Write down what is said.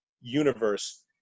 universe